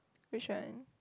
which one